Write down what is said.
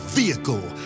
vehicle